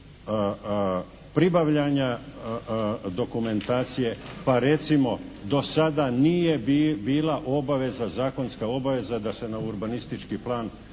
pribavljanja dokumentacije pa recimo do sada nije bila obaveza, zakonska obaveza da se na urbanistički plan